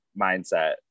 mindset